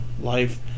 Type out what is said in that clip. life